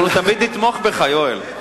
אנחנו תמיד נתמוך בך, יואל.